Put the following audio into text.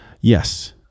Yes